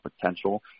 potential